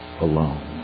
alone